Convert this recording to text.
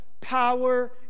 power